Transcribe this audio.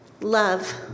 Love